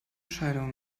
scheidung